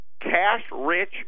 Cash-rich